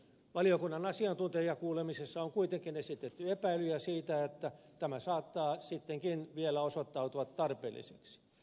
valiokunnan asiantuntijakuulemisessa on kuitenkin esitetty epäilyjä siitä että tämä saattaa sittenkin vielä osoittautua tarpeelliseksi